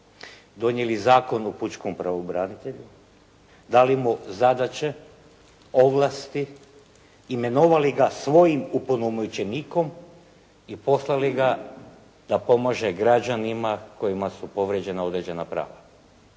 donijeli Zakon o pučkom pravobranitelju, dali mu zadaće, ovlasti, imenovali ga svojim opunomoćenikom i poslali ga da pomaže građanima kojima su povrijeđena prava.